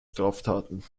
straftaten